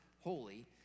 holy